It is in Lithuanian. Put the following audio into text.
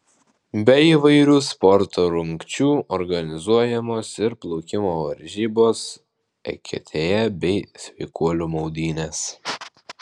be įvairių sporto rungčių organizuojamos ir plaukimo varžybos eketėje bei sveikuolių maudynės